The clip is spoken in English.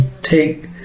take